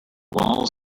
walls